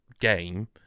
game